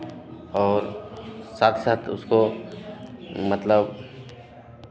और साथ साथ उसको मतलब